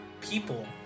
people